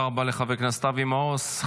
מאה אחוז.